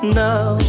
now